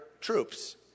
troops